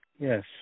Yes